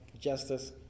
justice